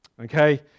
Okay